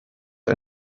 die